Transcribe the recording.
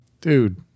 Dude